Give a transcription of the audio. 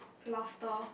laughter